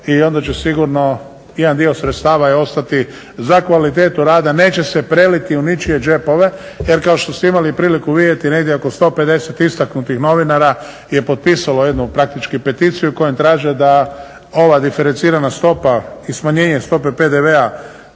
i onda će sigurno i jedan dio sredstava ostati za kvalitetu rada, neće se preliti u ničije džepove. Jer kao što ste imali priliku vidjeti negdje oko 150 istaknutih novinara je potpisalo jednu praktički peticiju kojim traže da ova diferencirana stopa i smanjenje stope PDV-a